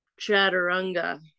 Chaturanga